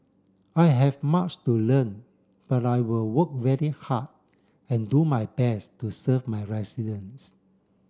I have much to learn but I will work very hard and do my best to serve my residents